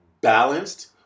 balanced